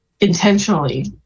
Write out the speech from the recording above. intentionally